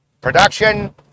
Production